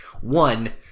One